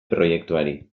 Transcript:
proiektuari